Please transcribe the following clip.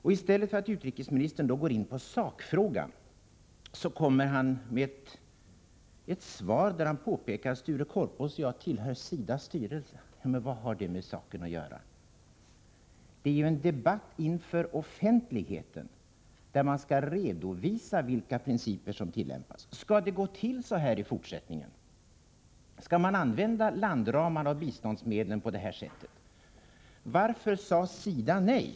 I stället för att gå in på sakfrågan kommer utrikesministern med ett svar, där han påpekar att Sture Korpås och jag tillhör SIDA:s styrelse. Vad har det med saken att göra? Det är ju i en debatt inför offentligheten som man skall redovisa vilka principer som tillämpas. Skall det gå till så här i fortsättningen? Skall man använda landramarna och biståndsmedlen på det här sättet? Varför sade SIDA nej?